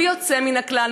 בלי יוצא מן הכלל,